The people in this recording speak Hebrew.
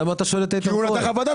למה אתה שואל את איתן כהן?